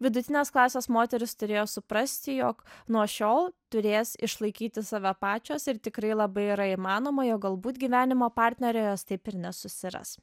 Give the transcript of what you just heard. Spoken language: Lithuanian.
vidutinės klasės moterys turėjo suprasti jog nuo šiol turės išlaikyti save pačios ir tikrai labai yra įmanoma jog galbūt gyvenimo partnerio jos taip ir nesusiras